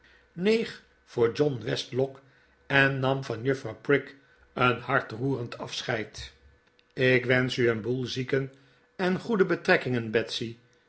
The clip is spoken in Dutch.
neeg voor john westlock en nam van juffrouw prig een hartroerend afscheid ik wensch u een boel zieken en goede betrekkingen betsy